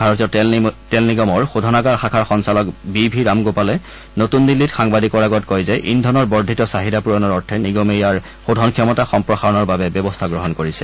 ভাৰতীয় তেল নিগমৰ শোধনাগাৰ শাখাৰ সঞ্চালক বি ভি ৰামাগোপালে নতুন দিল্লীত সাংবাদিকৰ আগত কয় যে ইন্ধনৰ বৰ্ধিত চাহিদা পূৰণৰ অৰ্থে নিগমে ইয়াৰ শোধন ক্ষমতা সম্প্ৰসাৰণৰ বাবে ব্যৱস্থা গ্ৰহণ কৰিছে